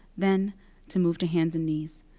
then to move to hands and knees.